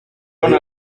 wari